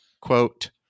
Quote